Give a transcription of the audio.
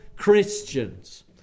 Christians